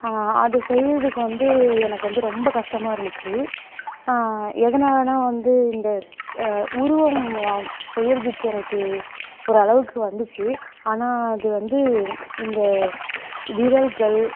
அது செய்கிறதுக்கு வந்து எனக்கு வந்து ரொம்ப கஷ்டமாக இருந்திச்சு எதனாலனா வந்து இந்த உருவம் செய்கிறதுக்கு எனக்கு ஓரளவுக்கு வந்திச்சு ஆனால் அது வந்து இந்த விரல்கள்